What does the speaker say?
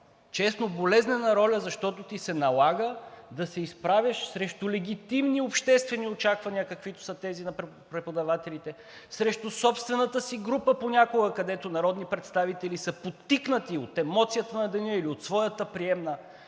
често болезнена роля, защото ти се налага да се изправяш срещу легитимни обществени очаквания, каквито са тези на преподавателите, срещу собствената си група, където народни представители са подтикнати от емоцията на деня или от своята приемна,